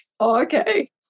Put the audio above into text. Okay